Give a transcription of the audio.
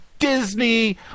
Disney